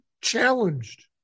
challenged